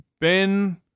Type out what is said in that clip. Ben